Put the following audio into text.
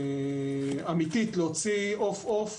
אמיתית להוציא עוף עוף